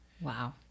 Wow